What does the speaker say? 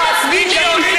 אתם מפגינים,